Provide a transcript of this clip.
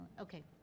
Okay